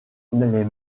les